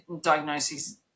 diagnoses